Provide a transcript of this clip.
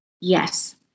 Yes